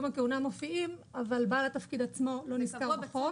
הכהונה מופיעים אבל בעל התפקיד עצמו לא נזכר בחוק.